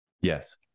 Yes